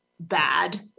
bad